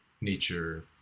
nature